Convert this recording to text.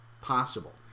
possible